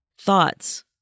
thoughts